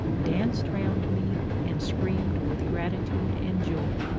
danced round me, and screamed with gratitude and joy.